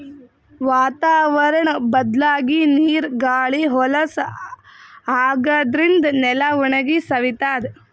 ವಾತಾವರ್ಣ್ ಬದ್ಲಾಗಿ ನೀರ್ ಗಾಳಿ ಹೊಲಸ್ ಆಗಾದ್ರಿನ್ದ ನೆಲ ಒಣಗಿ ಸವಿತದ್